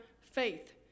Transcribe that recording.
faith